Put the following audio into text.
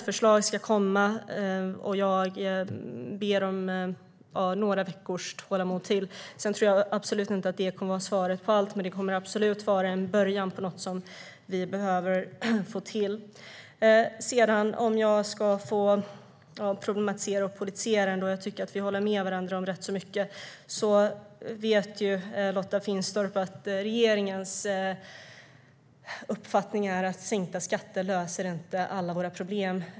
Förslag ska komma, och jag ber om några veckors ytterligare tålamod. Sedan tror jag absolut inte att det kommer att vara svaret på allt, men det kommer att vara en början på något som vi behöver få till. Om jag ska problematisera och politisera detta - jag tycker att vi håller med varandra om rätt mycket - vet Lotta Finstorp att regeringens uppfattning är att sänkta skatter inte löser alla våra problem.